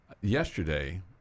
yesterday